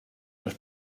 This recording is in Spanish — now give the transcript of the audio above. los